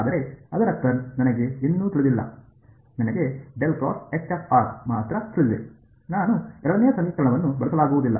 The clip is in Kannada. ಆದರೆ ಅದರ ಕರ್ಲ್ ನನಗೆ ಇನ್ನೂ ತಿಳಿದಿಲ್ಲ ನನಗೆ ಮಾತ್ರ ತಿಳಿದಿದೆ ನಾನು ಎರಡನೇ ಸಮೀಕರಣವನ್ನು ಬಳಸಲಾಗುವುದಿಲ್ಲ